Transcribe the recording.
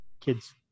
kids